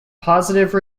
positive